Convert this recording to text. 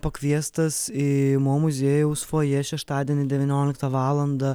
pakviestas į mo muziejaus fojė šeštadienį devynioliktą valandą